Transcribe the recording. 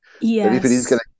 Yes